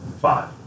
five